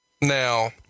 Now